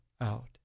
out